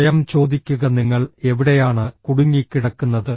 സ്വയം ചോദിക്കുക നിങ്ങൾ എവിടെയാണ് കുടുങ്ങിക്കിടക്കുന്നത്